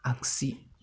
आग्सि